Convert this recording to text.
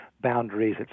boundaries